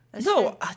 No